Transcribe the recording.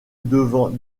devant